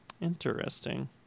Interesting